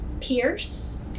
Pierce